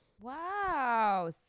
Wow